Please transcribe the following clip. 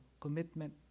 commitment